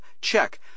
Check